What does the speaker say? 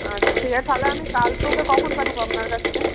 আচ্ছা ঠিক আছে তাহালে আমি কালকে ওকে কখন পাঠাবো আপনার কাছকে